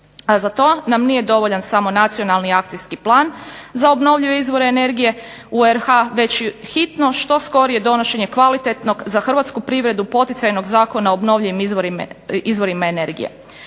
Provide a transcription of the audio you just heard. za to nam nije dovoljan samo Nacionalni akcijski plan za obnovljive izvore energije u RH već hitno, što skorije donošenje kvalitetnog, za hrvatsku privredu poticajnog zakona o obnovljivim izvorima energije.